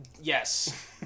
yes